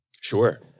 Sure